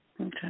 Okay